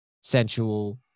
sensual